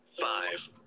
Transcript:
five